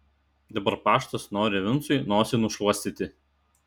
dabar paštas nori vincui nosį nušluostyti